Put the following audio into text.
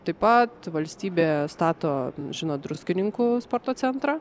taip pat valstybė stato žinot druskininkų sporto centrą